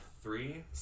three